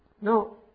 No